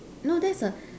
no that's a